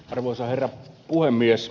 arvoisa herra puhemies